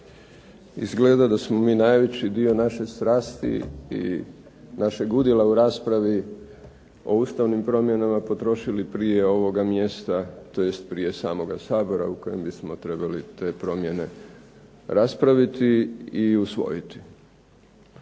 Izgleda da smo mi najveći dio naše strasti i našeg udjela u raspravi o Ustavnim promjenama potrošili prije ovoga mjesta, tj. prije samoga Sabora u kojem bismo trebali te promjene raspraviti i usvojiti.